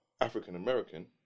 African-American